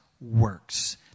works